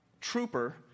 trooper